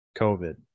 COVID